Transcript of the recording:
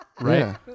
Right